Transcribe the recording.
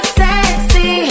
sexy